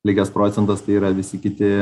likęs procentas tai yra visi kiti